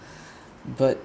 but